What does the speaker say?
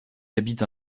habite